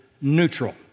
neutral